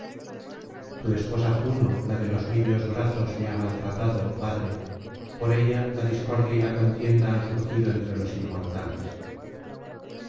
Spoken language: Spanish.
tu esposa juno la de los libios brazos me ha maltratado padre por ella la discordia y la contienda han surgido entre los inmortales